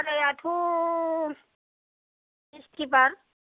बारायाथ' बिषथिबार